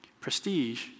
prestige